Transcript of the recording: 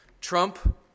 Trump